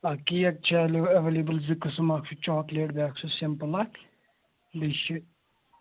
آ کیک چھِ اٮ۪ولیبٕل زٕ قٕسٕم اَکھ چھُ چاکلیٹ بیٛاکھ چھُ سِمپٕل اَکھ بیٚیہِ چھِ